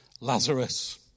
Lazarus